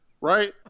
Right